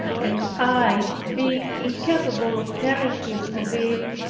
and i being incapable of telling him of it,